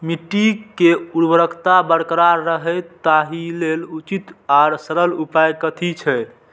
मिट्टी के उर्वरकता बरकरार रहे ताहि लेल उचित आर सरल उपाय कथी छे?